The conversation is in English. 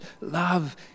love